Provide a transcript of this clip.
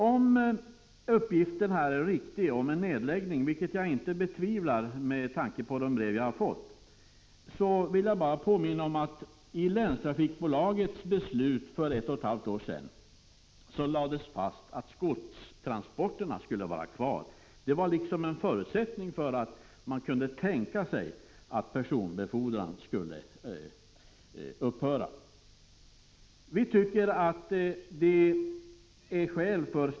Om uppgiften här om en nedläggning är riktig — vilket jag inte betvivlar, med tanke på de brev som jag har fått — vill jag bara påminna om att det i länstrafikbolagets beslut för ett och ett halvt år sedan lades fast att godstransporterna skulle vara kvar. Det var liksom en förutsättning för att man kunde tänka sig att personbefordran skulle upphöra.